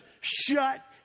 shut